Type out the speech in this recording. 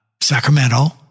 Sacramento